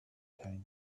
tank